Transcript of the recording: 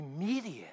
immediate